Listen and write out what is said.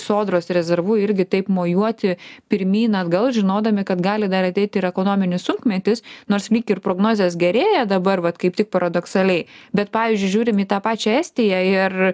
sodros rezervu irgi taip mojuoti pirmyn atgal žinodami kad gali dar ateit ir ekonominis sunkmetis nors lyg ir prognozės gerėja dabar vat kaip tik paradoksaliai bet pavyzdžiui žiūrim į tą pačią estiją ir